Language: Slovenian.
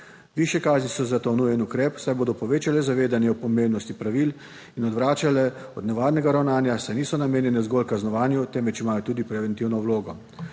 Višje kazni so za to nujen ukrep, saj bodo povečale zavedanje o pomembnosti pravil in odvračale od nevarnega ravnanja, saj niso namenjene zgolj kaznovanju, temveč imajo tudi preventivno vlogo.